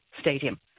stadium